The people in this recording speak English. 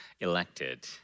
elected